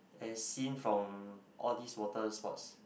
as seen from all these water sports